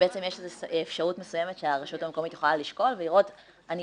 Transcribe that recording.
יש אפשרות מסוימת שהרשות המקומית יכולה לשקול ולראות אני